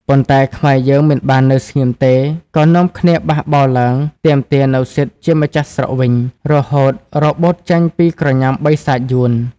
ប៉ុន្តែ ខ្មែរយើងមិនបាននៅស្ងៀមទេ ក៏នាំគ្នាបះបោរឡើង ទាមទារនូវសិទ្ធិជាម្ចាស់ស្រុកវិញ រហូតរបូតចេញពីក្រញាំបិសាចយួន។